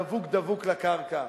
דבוק דבוק לקרקע.